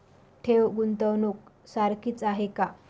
ठेव, गुंतवणूक सारखीच आहे का?